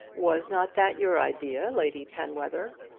was not that your idea, lady penwether?